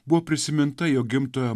buvo prisiminta jo gimtojo